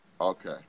Okay